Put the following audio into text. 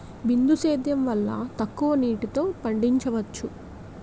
బిందు సేద్యం వల్ల తక్కువ నీటితో పండించవచ్చు